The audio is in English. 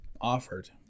offered